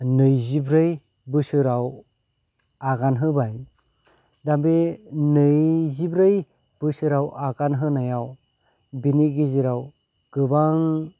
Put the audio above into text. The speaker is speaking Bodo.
नैजिब्रै बोसोराव आगान होबाय दा बे नैजिब्रै बोसोराव आगान होनायाव बेनि गेजेराव गोबां